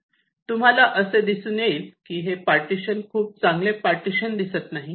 तुम्हाला असे दिसून येईल की हे पार्टिशन खूप चांगले पार्टिशन दिसत नाही